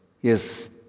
Yes